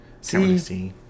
See